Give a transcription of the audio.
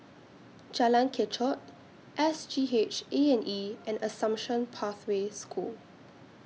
Jalan Kechot S G H A and E and Assumption Pathway School